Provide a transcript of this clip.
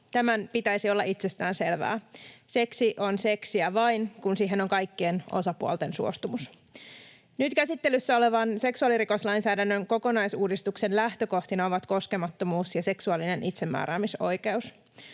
Tämän pitäisi olla itsestään selvää. Seksi on seksiä vain, kun siihen on kaikkien osapuolten suostumus. Nyt käsittelyssä olevan seksuaalirikoslainsäädännön kokonaisuudistuksen lähtökohtina ovat koskemattomuus ja seksuaalinen itsemääräämisoikeus.